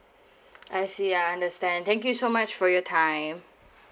I see I understand thank you so much for your time